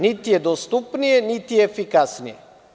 Niti je dostupnije, niti je efikasnije.